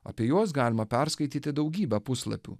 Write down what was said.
apie juos galima perskaityti daugybę puslapių